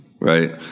Right